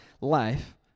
life